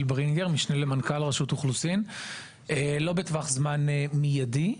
לא בטווח זמן מיידי,